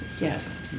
Yes